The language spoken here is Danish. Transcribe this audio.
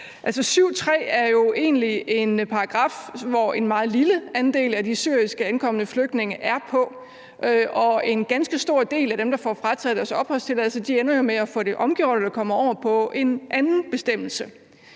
en paragraf, som en meget lille andel af de ankomne syriske flygtninge er på, og en ganske stor del af dem, der får frataget deres opholdstilladelse, ender jo med at få det omgjort eller kommer over på en anden bestemmelse.